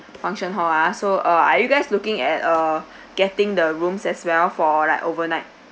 function hall ha so uh are you guys looking at uh getting the rooms as well for like overnight